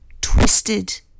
twisted